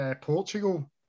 Portugal